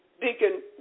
Deacon